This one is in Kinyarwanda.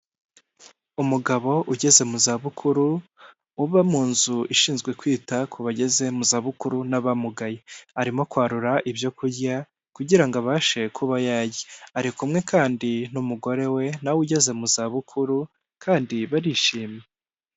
Umugabo ugeze muzabukuru uba mu nzu ishinzwe kwita ku bageze muzabukuru n'abamugaye, arimo kwarura ibyo kurya kugira abashe kuba yarya ari kumwe kandi n'umugore we nawe ugeze muzabukuru kandi barishimye.